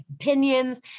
opinions